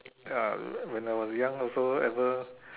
uh when I was young also ever